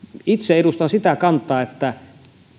itse edustan sitä kantaa että